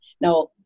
Now